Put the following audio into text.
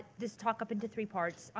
this talk up into three parts.